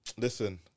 Listen